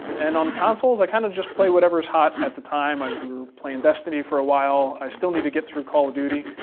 and on consoles i kind of just play whatever is hot at the time. we were playing destiny for a while. i still need to get through call of duty,